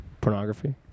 Pornography